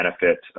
benefit